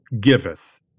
giveth